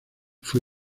fue